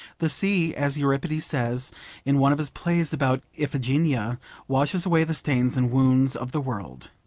the sea, as euripides says in one of his plays about iphigeneia, washes away the stains and wounds of the world.